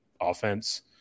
offense